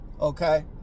okay